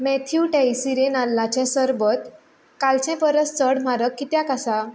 Matthew Teixeira नाल्लाचें सरबत कालचे परस चड म्हारग कित्याक आसा